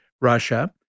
Russia